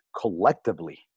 collectively